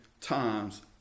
times